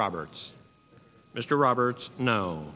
roberts mr roberts no